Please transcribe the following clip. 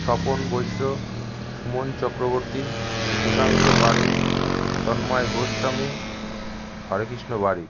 Swapan Baishya Suman Chakraborty Sushanta Padi Tanmay Goswami Harekrishna Barik